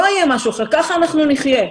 לא יהיה משהו אחר כך אנחנו נחיה.